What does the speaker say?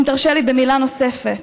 אם תרשה לי, במילה נוספת,